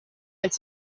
als